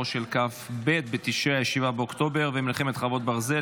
של כ"ב בתשרי (7 באוקטובר) ומלחמת חרבות ברזל,